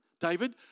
David